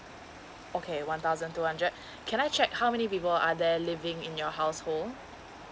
okay one thousand two hundred can I check how many people are there living in your household